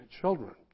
children